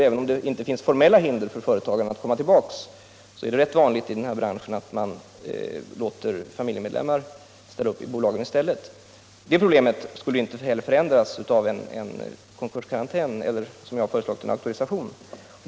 Även om det nu inte finns formella hinder för företagarna att komma tillbaka, är det i den här branschen rätt vanligt att man låter familjemedlemmar stå för bolagen. Det problemet skulle vi i och för sig inte komma åt genom en konkurskarantän eller, så som jag föreslagit, en auktorisation.